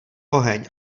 oheň